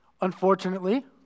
Unfortunately